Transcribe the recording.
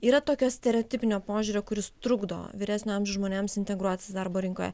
yra tokio stereotipinio požiūrio kuris trukdo vyresnio amžiaus žmonėms integruotis darbo rinkoje